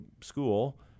school